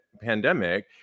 pandemic